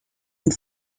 and